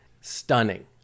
Stunning